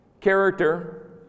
character